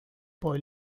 poi